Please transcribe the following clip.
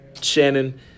Shannon